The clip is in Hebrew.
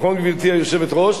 גברתי היושבת-ראש?